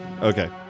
Okay